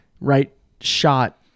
right-shot